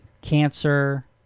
cancer